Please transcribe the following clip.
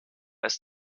ist